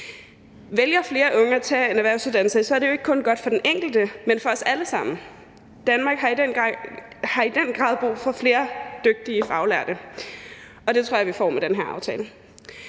Vælger flere unge at tage en erhvervsuddannelse, er det jo ikke kun godt for den enkelte, men for os alle sammen. Danmark har i den grad brug for flere dygtige faglærte, og det tror jeg vi får med den her aftale.